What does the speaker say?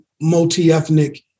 multi-ethnic